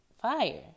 fire